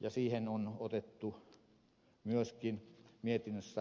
ja siihen on otettu myöskin mietinnössä kantaa